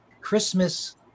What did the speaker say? Christmas